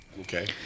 Okay